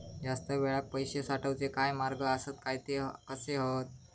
जास्त वेळाक पैशे साठवूचे काय मार्ग आसत काय ते कसे हत?